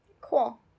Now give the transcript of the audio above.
Cool